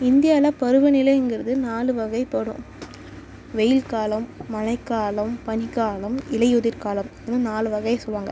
இந்தியாவில் பருவநிலைங்கிறது நாலு வகைப்படும் வெயில் காலம் மழைக்காலம் பனிக்காலம் இலையுதிர் காலம் இது மாதிரி நாலு வகை சொல்வாங்க